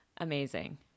Amazing